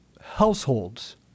households